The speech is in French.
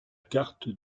carte